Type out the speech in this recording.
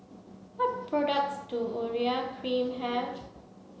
what products does Urea cream have